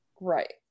Right